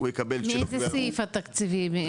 מאיזה סעיף התקציבי?